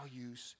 values